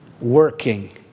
Working